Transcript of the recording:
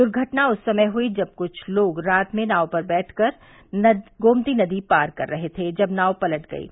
दुर्घटना उस समय हुयी जब कुछ लोग रात में नाव पर बैठकर गोमती नदी पार कर रहे थे जब नाव पलट गयी